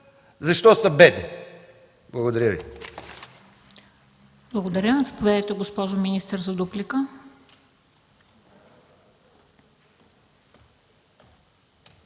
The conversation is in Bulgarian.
защо са бедни. Благодаря Ви.